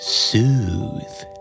soothe